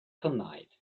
tonight